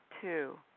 Two